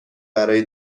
برای